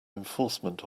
enforcement